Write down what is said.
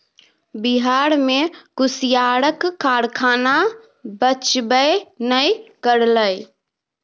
बिहार मे कुसियारक कारखाना बचबे नै करलै